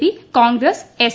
P Congress S